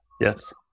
Yes